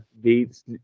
beats